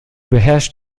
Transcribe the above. beherrscht